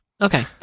okay